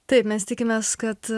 taip mes tikimės kad